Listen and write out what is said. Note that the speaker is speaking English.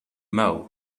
moe